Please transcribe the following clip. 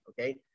okay